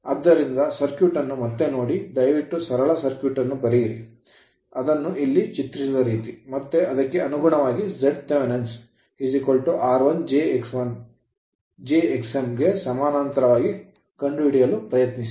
ಆದ್ದರಿಂದ ಸರ್ಕ್ಯೂಟ್ ಅನ್ನು ಮತ್ತೆ ನೋಡಿ ದಯವಿಟ್ಟು ಸರಳ ಸರ್ಕ್ಯೂಟ್ ಅನ್ನು ಬರೆಯಿರಿ ಅದನ್ನು ಇಲ್ಲಿ ಚಿತ್ರಿಸಿದ ರೀತಿ ಮತ್ತು ಅದಕ್ಕೆ ಅನುಗುಣವಾಗಿ Z Thevenin's Thevenin r1 j x1 jxm ಗೆ ಸಮಾನಾಂತರವಾಗಿ ಕಂಡುಹಿಡಿಯಲು ಪ್ರಯತ್ನಿಸಿ